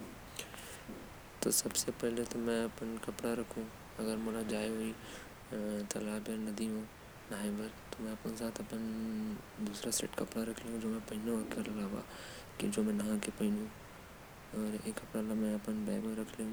तैरे बर जाहु तो अपन साथ कपड़ा रखूं। नहाये बर बाद काम आहि। ओकर साथ एक ठो क्रीम रखु। ओर एक ठो चश्मो रखु ओहर। मोके पानी के गंदा कीडा से बछायी।